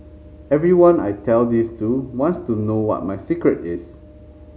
everyone I tell this to wants to know what my secret is